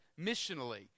missionally